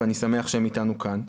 ואני שמח שהם אתנו כאן.